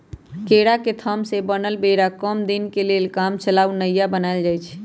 केरा के थम से बनल बेरा कम दीनके लेल कामचलाउ नइया बनाएल जाइछइ